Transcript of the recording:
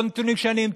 לא נתונים שאני המצאתי,